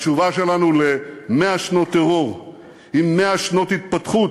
התשובה שלנו על 100 שנות טרור היא 100 שנות התפתחות,